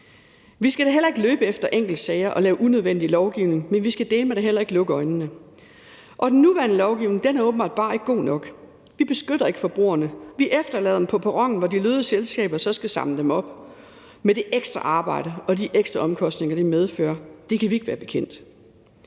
Vi skal da heller ikke løbe efter enkeltsager og lave unødvendig lovgivning, men vi skal dæleme da heller ikke lukke øjnene. Den nuværende lovgivning er åbenbart bare ikke god nok. Vi beskytter ikke forbrugerne. Vi efterlader dem på perronen, hvor de lødige selskaber så skal samle dem op med det ekstra arbejde og de ekstra omkostninger, det medfører. Det kan vi ikke være bekendt.